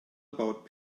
about